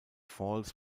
falls